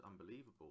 unbelievable